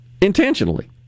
Intentionally